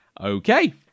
Okay